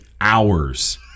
hours